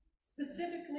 specifically